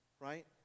Right